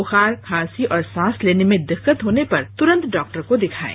बुखार खांसी और सांस लेने में दिक्कत होने पर तुरंत डॉक्टर को दिखाएं